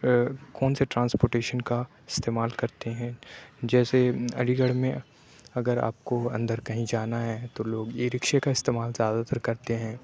کون سے ٹرانسپورٹیشن کا استعمال کرتے ہیں جیسے علی گڑھ میں اگر آپ کو اندر کہیں جانا ہے تو لوگ ای رکشے کا استعمال زیادہ تر کرتے ہیں